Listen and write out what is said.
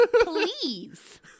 Please